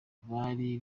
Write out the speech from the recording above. bari